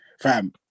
fam